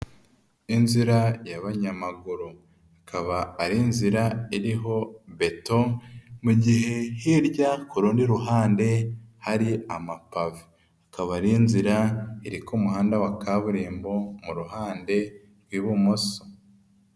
Inzira y'abanyamaguru ikaba ari nzi iriho beto, mu gihe hirya ku rundi ruhande hari amapave, akaba ari inzira iri ku muhanda wa kaburimbo mu ruhande rw'ibumoso.